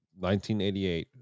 1988